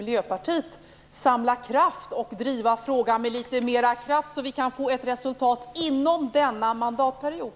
Miljöpartiet, samla kraft och driva frågan med litet mer kraft så att vi kan få ett resultat inom denna mandatperiod?